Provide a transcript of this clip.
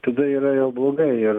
tada yra jau blogai ir